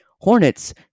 hornets